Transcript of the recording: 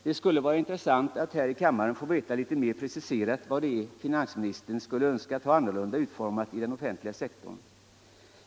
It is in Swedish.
Det skulle vara intressant att här i kammaren få veta litet mer preciserat Allmänpolitisk debatt 'n Allmänpolitisk debatt . vad det är finansministern skulle önskat ha annorlunda utformat i den offentliga sektorn.